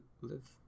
live